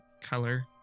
color